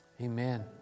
Amen